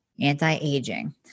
anti-aging